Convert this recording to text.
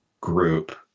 group